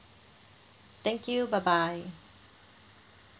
thank you bye bye